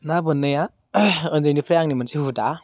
ना बोननाया उन्दैनिफ्राय आंनि मोनसे हुदा